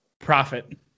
Profit